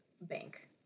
bank